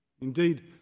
Indeed